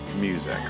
music